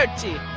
ah to